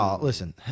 Listen